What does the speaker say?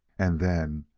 and then,